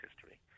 history